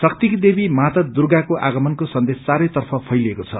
शक्तिकी देवी माता दुर्गाको आगमनको सन्देश चारैतर्फ फैलिएको छ